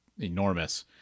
enormous